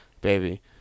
baby